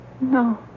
No